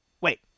wait